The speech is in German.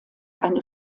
eine